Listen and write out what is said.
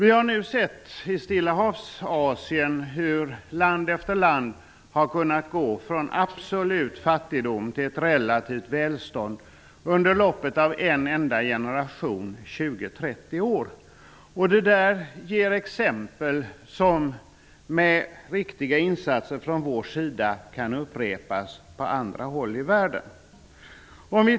I Stilla havs-Asien har vi sett hur land efter land har utvecklats från absolut fattigdom till ett relativt välstånd under loppet av en enda generation, dvs. under 20--30 år. Det är exempel som, med riktiga insatser från vår sida, kan upprepas på andra håll i världen.